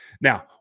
Now